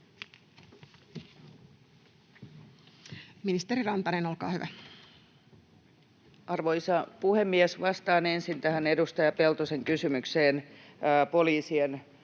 Ministeri Rantanen, olkaa hyvä. Arvoisa puhemies! Vastaan ensin tähän edustaja Peltosen kysymykseen poliisien määrästä ja